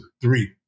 three